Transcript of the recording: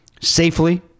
safely